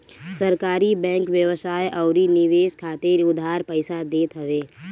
सहकारी बैंक व्यवसाय अउरी निवेश खातिर उधार पईसा देत हवे